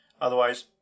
Otherwise